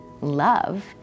love